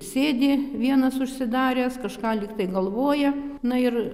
sėdi vienas užsidaręs kažką lyg tai galvoja na ir